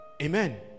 Amen